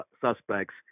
suspects